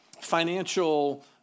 financial